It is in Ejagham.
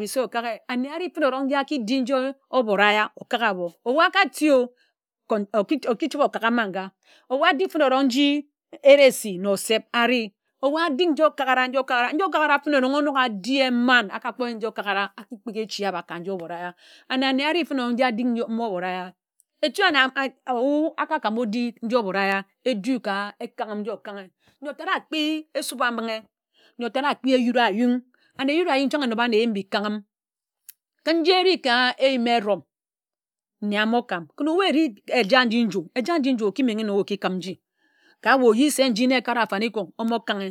bi'se okāk ye ane ari fene erong mba aki di nje obora ya okāk abo edu aka ti o oki chibe okāgha mba nga ebu adi fene erong nji eresi na oseb ari ebu adi nje okakara aki kpighi echi abak ka nje obora ya ane áne adi fene nji adik mme obora ya etú ane akakam odi nje obora ya edu ka ekanghim njiokaghe ńyor otád ákpi esup ba mbinghe nyor tad akpi eyud a ayún and eyud ányi chań anoba na eyim mbi ekanghim ken nji eri ka eyim erom nne ámor kań ken ebu eri eja nji nju eja nji nju oki menghe nnon oki kim nji ka ye oyi se nji na ekara afanikoń ȯmo kanghe